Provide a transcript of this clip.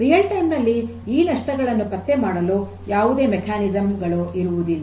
ನೈಜ ಸಮಯದಲ್ಲಿ ಈ ನಷ್ಟಗಳನ್ನು ಪತ್ತೆ ಮಾಡಲು ಯಾವುದೇ ಕಾರ್ಯವಿಧಾನ ಇರುವುದಿಲ್ಲ